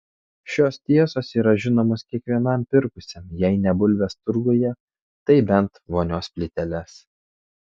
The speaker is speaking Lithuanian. šios tiesos yra žinomos kiekvienam pirkusiam jei ne bulves turguje tai bent vonios plyteles